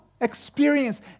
Experience